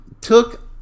took